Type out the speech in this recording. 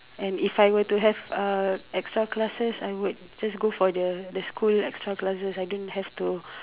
and if I were to have uh extra classes I would just go for the the school extra classes I don't have to